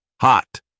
hot